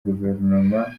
guverinoma